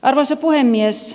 arvoisa puhemies